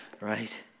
right